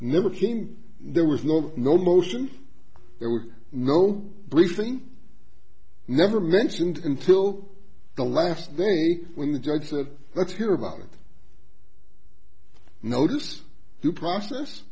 think there was no no motion there were no briefing never mentioned until the last day when the judge said let's hear about it notice you process